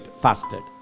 fasted